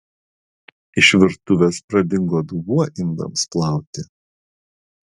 iš virtuvės pradingo dubuo indams plauti